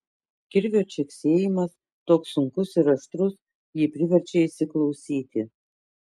kirvio čeksėjimas toks sunkus ir aštrus jį priverčia įsiklausyti